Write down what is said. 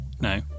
No